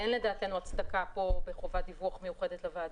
אין לדעתנו הצדקה כאן בחובת דיווח מיוחדת לוועדה.